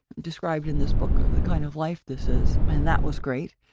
described in this book of the kind of life this is, and that was great.